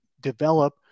develop